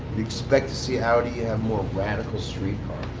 expect to see audi you have more radical street cars.